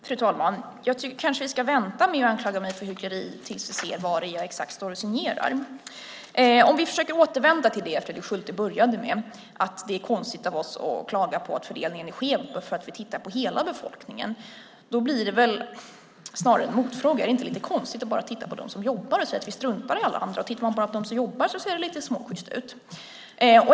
Fru talman! Jag tycker att man kanske ska vänta med att anklaga mig för hyckleri tills vi ser vad exakt det är jag signerar. Om vi försöker återvända till det Fredrik Schulte började med, att det är konstigt av oss att klaga på att fördelningen är skev bara för att vi tittar på hela befolkningen, leder det väl snarare till en motfråga: Är det inte lite konstigt att bara titta på dem som jobbar och säga att vi struntar i alla andra? Tittar man på bara dem som jobbar ser det lite småsjyst ut.